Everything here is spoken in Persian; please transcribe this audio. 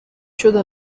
شده